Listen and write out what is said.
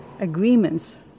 agreements